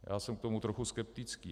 Já jsem k tomu trochu skeptický.